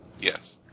Yes